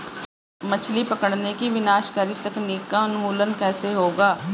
मछली पकड़ने की विनाशकारी तकनीक का उन्मूलन कैसे होगा?